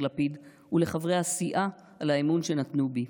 לפיד ולחברי הסיעה על האמון שנתנו בי.